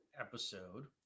episode